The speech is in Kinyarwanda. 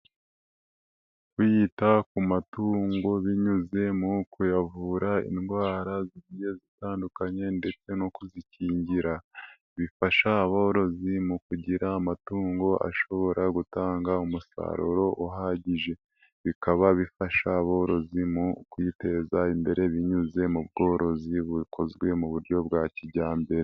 Kwita ku matungo binyuze mu kuyavura indwara zigiye zitandukanye, ndetse no kuzikingira, bifasha aborozi mu kugira amatungo ashobora gutanga umusaruro uhagije, bikaba bifasha aborozi mu kuyiteza imbere binyuze mu bworozi bukozwe mu buryo bwa kijyambere.